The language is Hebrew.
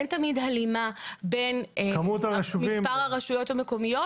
אין תמיד הלימה בין מספר הרשויות המקומיות